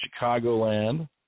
Chicagoland